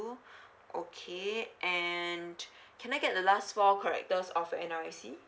okay and can I get the last four characters of your N_R_I_C